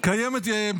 כדאי שנדע.